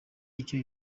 icyo